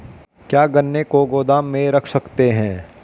क्या गन्ने को गोदाम में रख सकते हैं?